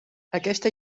aquesta